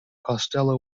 costello